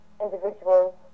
individuals